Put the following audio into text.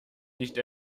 nicht